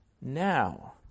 now